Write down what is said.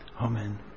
Amen